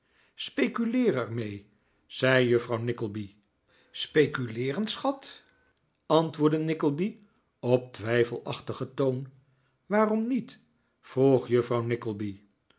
speculeer er mee zei juffrouw nickleby speculeeren schat antwoordde nickleby op twijfelachtigen toon waarom niet vroeg juffrouw